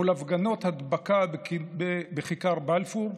מול הפגנות הדבקה בכיכר בלפור,